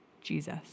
jesus